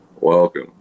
welcome